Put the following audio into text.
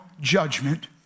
judgment